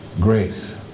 Grace